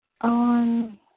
on